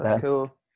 cool